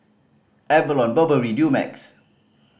Avalon Burberry Dumex